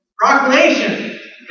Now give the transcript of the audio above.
Proclamation